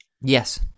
Yes